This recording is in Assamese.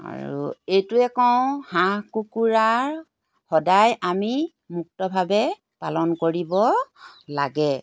আৰু এইটোৱে কওঁ হাঁহ কুকুৰাৰ সদায় আমি মুক্তভাৱে পালন কৰিব লাগে